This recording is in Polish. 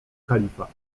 kalifa